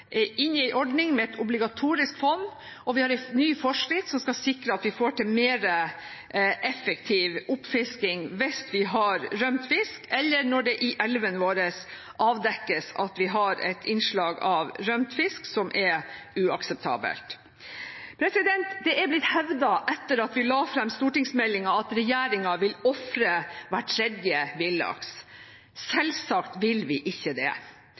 inne i en ordning med et obligatorisk fond, og vi har en ny forskrift som skal sikre at vi får til mer effektiv oppfisking hvis vi har rømt fisk eller når det i elvene våre avdekkes at vi har et innslag av rømt fisk som er uakseptabelt. Det er blitt hevdet etter at vi la fram stortingsmeldingen, at regjeringen vil ofre hver tredje villaks. Selvsagt vil vi ikke det.